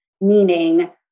meaning